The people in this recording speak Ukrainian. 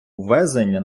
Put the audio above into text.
ввезення